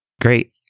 great